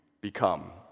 become